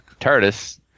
TARDIS